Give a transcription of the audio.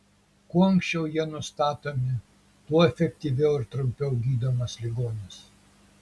kuo anksčiau jie nustatomi tuo efektyviau ir trumpiau gydomas ligonis